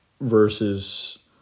versus